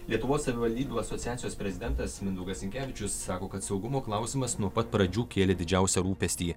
lietuvos savivaldybių asociacijos prezidentas mindaugas sinkevičius sako kad saugumo klausimas nuo pat pradžių kėlė didžiausią rūpestį